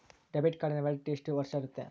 Debit ಕಾರ್ಡಿನ validity ಎಷ್ಟು ವರ್ಷ ಇರುತ್ತೆ?